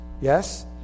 Yes